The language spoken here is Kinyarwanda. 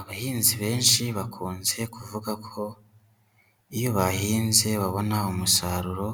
Abahinzi benshi bakunze kuvuga ko iyo bahinze babona umusaruro